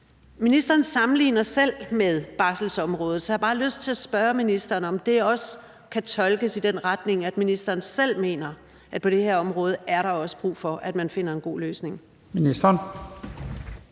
Ministeren sammenligner det selv med barselsområdet. Så har jeg bare lyst til at spørge ministeren, om det også kan tolkes i den retning, at ministeren selv mener, at på det område er der også brug for, at man finder en god løsning. Kl.